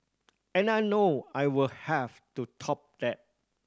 and I know I will have to top that